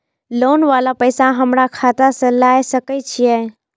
Loan वाला पैसा हमरा खाता से लाय सके छीये?